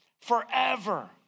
forever